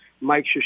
Mike